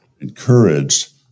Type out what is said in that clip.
encouraged